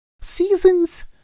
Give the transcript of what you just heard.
Seasons